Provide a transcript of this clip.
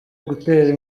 gutera